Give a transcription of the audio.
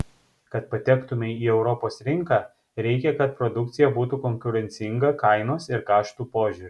kad patektumei į europos rinką reikia kad produkcija būtų konkurencinga kainos ir kaštų požiūriu